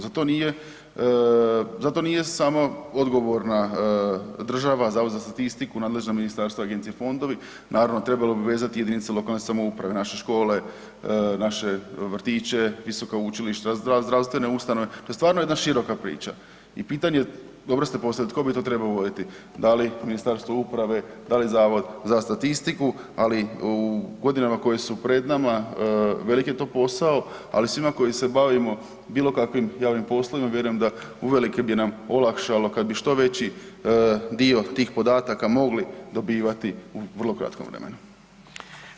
Za to nije, za to nije samo odgovorna država, Zavod za statistiku, nadležna ministarstva, agencije i fondovi, naravno trebalo bi vezati JLS-ove, naše škole, naše vrtiće, visoka učilišta, zdravstvene ustanove, to je stvarno jedna široka priča i pitanje, dobro ste postavili, tko bi to trebao voditi da li Ministarstvo uprave, da li Zavod za statistiku, ali u godinama koje su pred nama velik je to posao, ali svima koji se bavimo bilo kakvim javnim poslovima vjerujem da uvelike bi nam olakšalo kad bi što veći dio tih podataka mogli dobivati u vrlo kratkom vremenu.